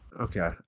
Okay